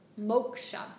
Moksha